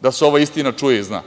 da se ova istina čuje i zna.